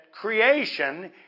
creation